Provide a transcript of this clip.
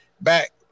back